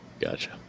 gotcha